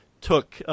took